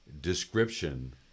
description